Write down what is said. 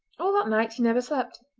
all that night he never slept.